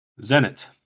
Zenit